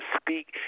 speak